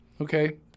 Okay